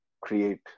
create